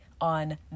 on